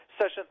Session